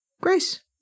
Grace